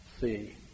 see